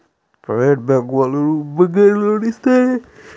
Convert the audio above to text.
Private bank వాళ్ళు బంగారం loan ఇస్తారా?